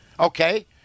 Okay